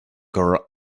girl